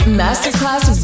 masterclass